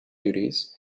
duties